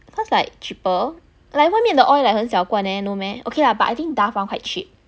cause like cheaper like 外面的 oil like 很小罐 leh no meh okay lah but I think Dove [one] quite cheap